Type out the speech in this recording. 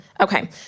Okay